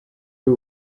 who